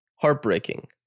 Heartbreaking